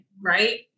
right